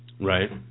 Right